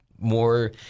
more